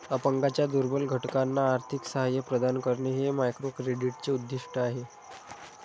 अपंगांच्या दुर्बल घटकांना आर्थिक सहाय्य प्रदान करणे हे मायक्रोक्रेडिटचे उद्दिष्ट आहे